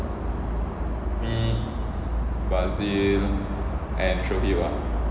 mm bazil and shuib ah